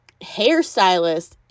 hairstylist